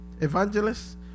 evangelists